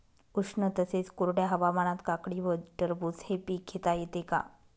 उष्ण तसेच कोरड्या हवामानात काकडी व टरबूज हे पीक घेता येते का?